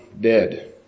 dead